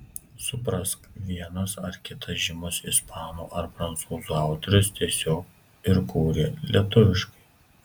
suprask vienas ar kitas žymus ispanų ar prancūzų autorius tiesiog ir kūrė lietuviškai